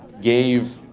gave,